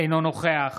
אינו נוכח